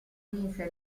vinse